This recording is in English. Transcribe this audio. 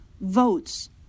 votes